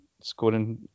scoring